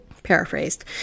paraphrased